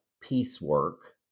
piecework